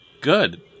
Good